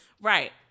Right